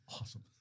awesome